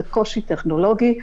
זה קושי טכנולוגי.